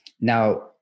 Now